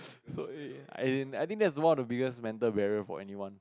so I as in I think that is one of the biggest mental barrier for anyone